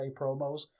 promos